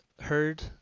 heard